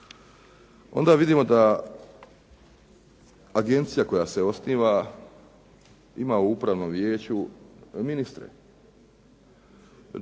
onda vidimo da agencija koja se osniva ima u Upravnom vijeću ministre.